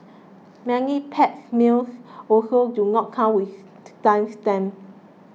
many packed meals also do not come with time stamps